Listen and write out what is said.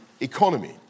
economy